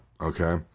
Okay